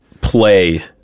play